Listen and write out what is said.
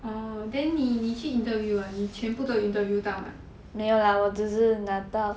oh then 你去 interview ah 你全部都有 interview 到吗